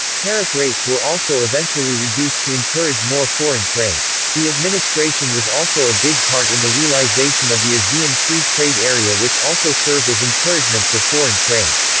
tariff rates were also eventually reduced to encourage more foreign trade. the administration was also a big part in the realization of the asean free trade area which also served as encouragement for foreign trade.